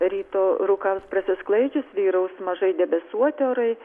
ryto rūkams prasisklaidžius vyraus mažai debesuoti orai